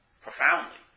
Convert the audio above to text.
profoundly